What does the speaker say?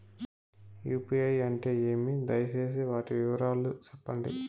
UPI అంటే ఏమి? దయసేసి వాటి పూర్తి వివరాలు సెప్పండి?